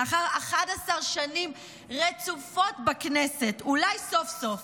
לאחר 11 שנים רצופות בכנסת: אולי סוף-סוף